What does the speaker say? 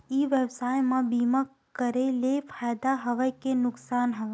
ई व्यवसाय म बीमा करे ले फ़ायदा हवय के नुकसान हवय?